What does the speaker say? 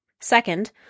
Second